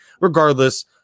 regardless